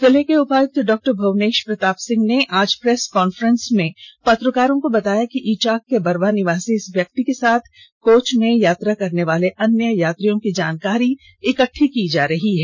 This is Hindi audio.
जिले के उपायुक्त डॉ भुवनेष प्रताप सिंह ने आज प्रेस कांफ्रेस में पत्रकारों को बताया कि ईचाक के बरवा निवासी इस व्यक्ति के साथ कोच में यात्रा करने वाले अन्य यात्रियों की जानकारी इकट्ठी की जा रही है